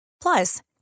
Plus